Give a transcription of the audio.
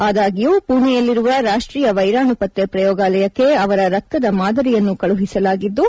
ಅದಾಗ್ಭೂ ಪುಣೆಯಲ್ಲಿರುವ ರಾಷ್ಟೀಯ ವೈರಾಣು ಪತ್ತ ಪ್ರಯೋಗಾಲಯಕ್ಕೆ ಅವರ ರಕ್ತದ ಮಾದರಿಯನ್ನು ಕಳುಹಿಸಲಾಗಿದ್ದು